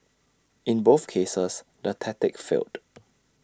in both cases the tactic failed